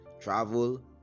travel